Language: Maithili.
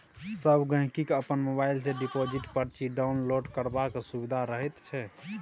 सब गहिंकी केँ अपन मोबाइल सँ डिपोजिट परची डाउनलोड करबाक सुभिता रहैत छै